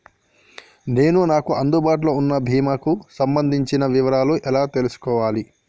నేను నాకు అందుబాటులో ఉన్న బీమా కి సంబంధించిన వివరాలు ఎలా తెలుసుకోవాలి?